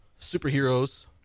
superheroes